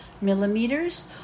millimeters